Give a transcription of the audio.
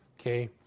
okay